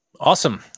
Awesome